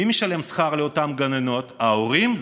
מי משלם שכר לאותן גננות, ההורים?